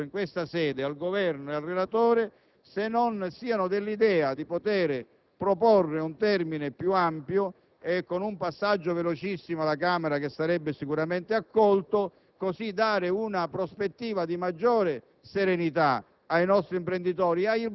direttiva comunitaria. In questa sede chiedo al Governo e alla relatrice se non siano dell'idea di proporre un termine più ampio con un passaggio velocissimo alla Camera, che sarà sicuramente accolto, così da dare una prospettiva di maggiore serenità